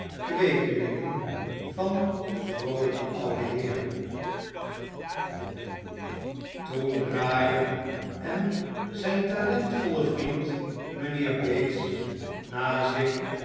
kweekelingen van den vroolijken ouden heer toen de draaier en zijn talentvolle vriend mijnheer bates na zich